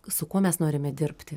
su kuo mes norime dirbti